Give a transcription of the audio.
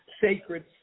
sacred